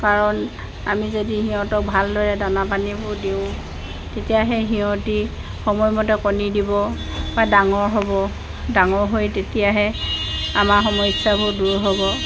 কাৰণ আমি যদি সিহঁতক ভালদৰে দানা পানীবোৰ দিওঁ তেতিয়াহে সিহঁতে সময়মতে কণী দিব বা ডাঙৰ হ'ব ডাঙৰ হৈ তেতিয়াহে আমাৰ সমস্যাবোৰ দূৰ হ'ব